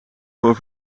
voor